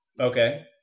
Okay